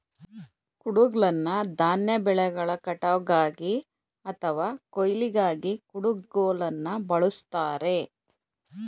ಕುಡುಗ್ಲನ್ನ ಧಾನ್ಯ ಬೆಳೆಗಳ ಕಟಾವ್ಗಾಗಿ ಅಥವಾ ಕೊಯ್ಲಿಗಾಗಿ ಕುಡುಗೋಲನ್ನ ಬಳುಸ್ತಾರೆ